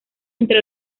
entre